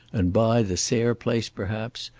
and buy the sayre place perhaps,